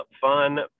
fun